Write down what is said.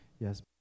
Yes